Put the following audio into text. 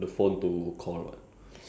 ya achievement unlocked